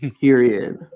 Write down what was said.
Period